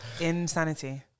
Insanity